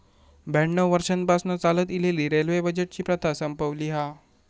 ब्याण्णव वर्षांपासना चालत इलेली रेल्वे बजेटची प्रथा संपवली हा